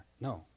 No